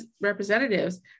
Representatives